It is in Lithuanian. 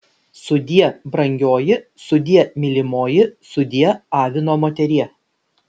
sudie brangioji sudie mylimoji sudie avino moterie